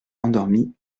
endormie